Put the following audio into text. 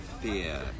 fear